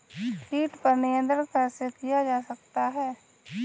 कीट पर नियंत्रण कैसे किया जा सकता है?